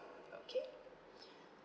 okay